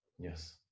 Yes